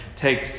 takes